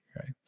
Right